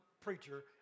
preacher